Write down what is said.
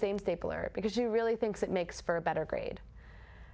same stapler it because you really think that makes for a better grade